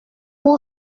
pour